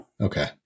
Okay